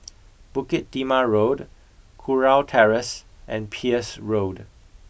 Bukit Timah Road Kurau Terrace and Peirce Road